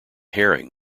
herring